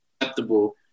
acceptable